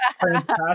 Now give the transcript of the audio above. fantastic